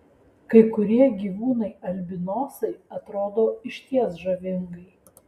kai kurie gyvūnai albinosai atrodo išties žavingai